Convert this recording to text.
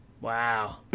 Wow